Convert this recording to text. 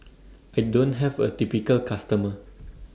I don't have A typical customer